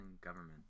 government